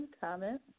comment